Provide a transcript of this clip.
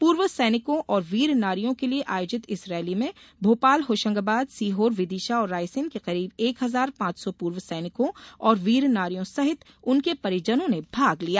पूर्व सैनिकों और वीर नारियों के लिये आयोजित इस रैली में भोपाल होशंगाबाद सीहोर विदिशा और रायसेन के करीब एक हजार पांच सौ पूर्व सैनिकों और वीर नारियों सहित उनके परिजनों ने भाग लिया